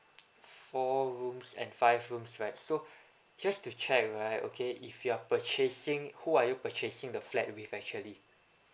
four rooms and five rooms right so just to check right okay if you are purchasing who are you purchasing the flat with actually